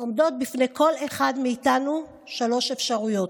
עומדות בפני כל אחד מאיתנו שלוש אפשרויות: